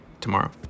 tomorrow